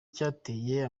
cyateye